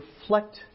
reflect